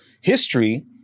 history